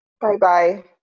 Bye-bye